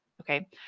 okay